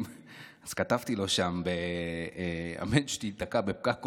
אז כתבתי לו שם: אמן שתיתקע בפקק כל החיים שלך,